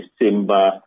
December